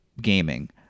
gaming